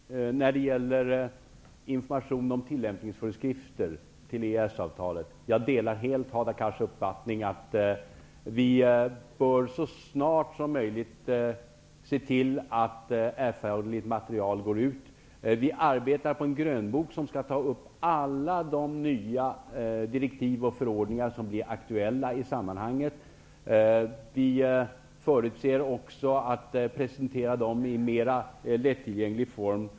Herr talman! När det gäller information om tillämpningsföreskrifter till EES-avtalet delar jag helt Hadar Cars uppfattning att vi så snart som möjligt bör se till att erforderligt material går ut. Vi arbetar på en grönbok, som skall ta upp alla de nya direktiv och förordningar som blir aktuella i sammanhanget. Vi avser också att presentera dem i en mer lättillgänglig form.